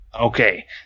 Okay